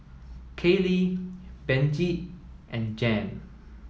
Kaylie Benji and Jan